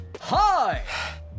Hi